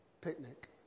picnic